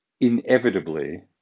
inevitably